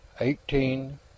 eighteen